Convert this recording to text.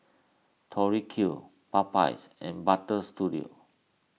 Tori Q Popeyes and Butter Studio